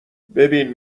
ببین